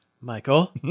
Michael